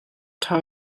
ṭha